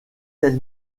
elle